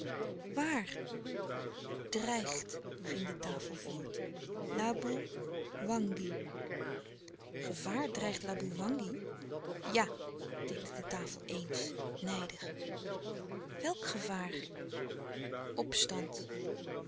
waar dreigt ging de tafel voort laboe wangi gevaar dreigt laboewangi ja tikte de tafel eéns nijdig welk gevaar opstand